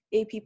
AP